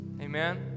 Amen